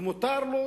ומותר לו,